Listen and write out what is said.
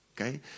okay